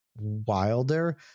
wilder